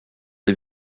les